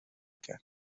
کرد